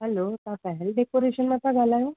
हलो तव्हां पहेल डेकोरेशन मां था गाल्हायो